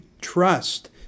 Trust